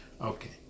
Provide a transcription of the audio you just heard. Okay